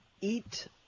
eat